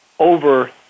Over